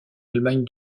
allemagne